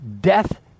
death